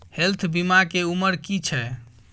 Health बीमा के उमर की छै?